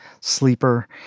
sleeper